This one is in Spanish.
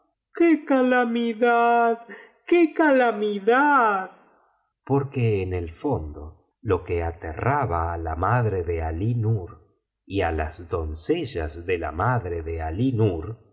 qué calamidad qué calamidad porque en el fondo lo que aterraba á la madre de alí nur y á las doncellas de la madre de